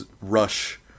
rush